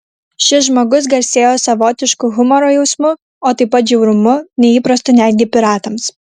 šis žmogus garsėjo savotišku humoro jausmu o taip pat žiaurumu neįprastu netgi piratams